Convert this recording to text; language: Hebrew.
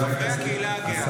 על חברי הקהילה הגאה.